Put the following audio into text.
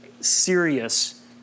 serious